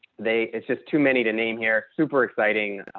they. it's just too many to name here super exciting.